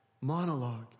monologue